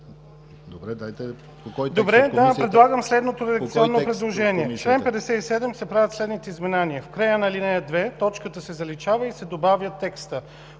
Добре, предлагам следното редакционно предложение: „В чл. 57 се правят следните изменения: 1. В края на ал. 2 точката се заличава и се добавя текстът